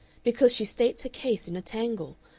because she states her case in a tangle,